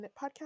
podcast